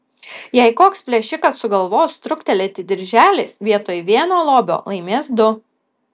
jei koks plėšikas sugalvos truktelėti dirželį vietoj vieno lobio laimės du